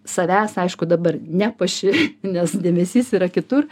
savęs aišku dabar nepuoši nes dėmesys yra kitur